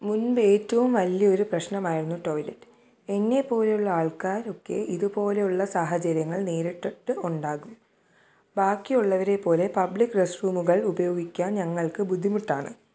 മുൻപ് ഏറ്റവും വലിയ ഒരു പ്രശ്നമായിരുന്നു ടോയ്ലെറ്റ് എന്നെ പോലെയുള്ള ആൾക്കാരൊക്കെ ഇതുപോലുള്ള സാഹചര്യങ്ങൾ നേരിട്ടിട്ടുണ്ടാകും ബാക്കിയുള്ളവരെ പോലെ പബ്ലിക് റസ്ററ് റൂമുകൾ ഉപയോഗിക്കാൻ ഞങ്ങൾക്ക് ബുദ്ധിമുട്ടാണ്